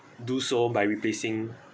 do so by replacing